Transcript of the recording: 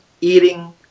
eating